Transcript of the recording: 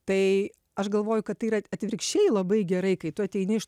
tai aš galvoju kad tai yra atvirkščiai labai gerai kai tu ateini iš